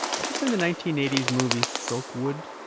ever see the nineteen eighty s movie silkwood?